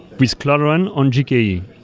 with cloudrun on gke.